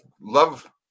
love